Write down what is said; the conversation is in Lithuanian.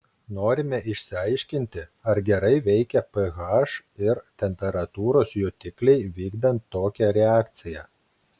norime išsiaiškinti ar gerai veikia ph ir temperatūros jutikliai vykdant tokią reakciją